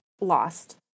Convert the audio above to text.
lost